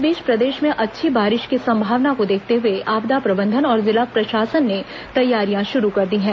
इस बीच प्रदेश में अच्छी बारिश की संभावना को देखते हुए आपदा प्रबंधन और जिला प्रशासन ने तैयारियां शुरू कर दी हैं